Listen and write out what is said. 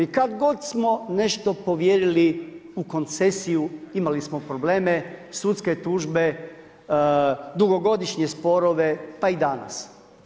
Kad god smo nešto povjerili u koncesiju imali smo probleme, sudske tužbe, dugogodišnje sporove pa i danas.